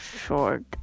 short